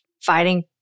fighting